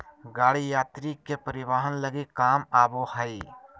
गाड़ी यात्री के परिवहन लगी काम आबो हइ